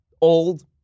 old